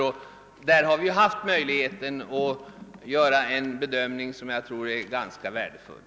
Vi har haft möjlighet att göra en bedömning som jag tror varit gansk värdefull.